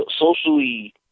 socially